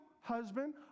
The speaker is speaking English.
husband